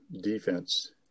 defense